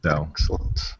Excellent